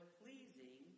pleasing